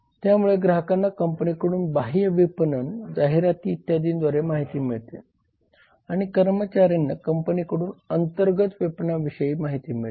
त्यामुळे ग्राहकांना कंपनीकडून बाह्य विपणन जाहिराती इत्यादींद्वारे माहिती मिळते आणि कर्मचाऱ्यांना कंपनीकडून अंतर्गत विपणनाविषयी माहिती मिळते